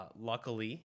Luckily